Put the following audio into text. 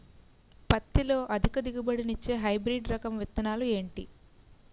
పత్తి లో అధిక దిగుబడి నిచ్చే హైబ్రిడ్ రకం విత్తనాలు ఏంటి